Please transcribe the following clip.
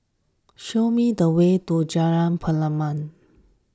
show me the way to Jalan Pernama